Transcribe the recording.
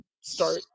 start